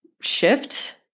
shift